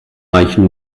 reichen